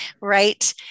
Right